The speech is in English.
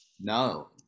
No